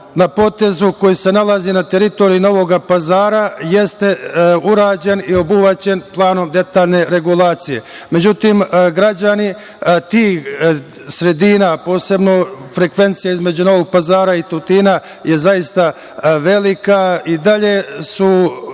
na potezu koji se nalazi na teritoriji Novog Pazara jeste urađen i obuhvaćen planom detaljne regulacije.Međutim, građani tih sredina, posebno frekvencija između Novog Pazara i Tutina je zaista velika, i dalje su